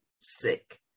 sick